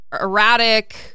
erratic